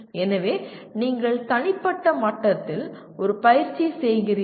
எனவே நீங்கள் தனிப்பட்ட மட்டத்தில் ஒரு பயிற்சி செய்கிறீர்கள்